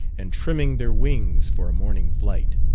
and trimming their wings for a morning flight.